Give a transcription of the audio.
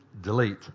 delete